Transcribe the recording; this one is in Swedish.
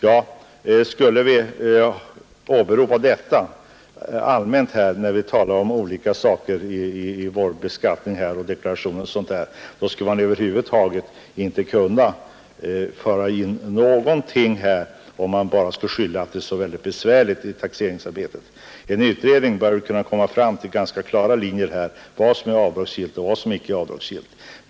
Ja, skulle vi allmänt åberopa det när vi diskuterar olika detaljer i beskattningen och när det gäller deklarationerna, så skulle man över huvud taget inte kunna införa någonting; då vore det bara att skylla på att det gör taxeringsarbetet så väldigt besvärligt. En utredning bör kunna komma fram till ganska klara linjer när det gäller vad som är avdragsgillt och vad som inte är avdragsgillt.